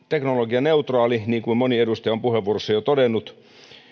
teknologianeutraali niin kuin moni edustaja on puheenvuorossaan jo todennut